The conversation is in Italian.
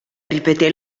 ripeté